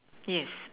yes